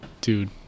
Dude